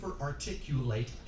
articulate